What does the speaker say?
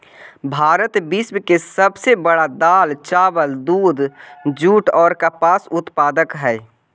भारत विश्व के सब से बड़ा दाल, चावल, दूध, जुट और कपास उत्पादक हई